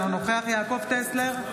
אינו נוכח יעקב טסלר,